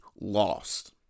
lost